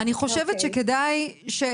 גם פה